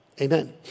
Amen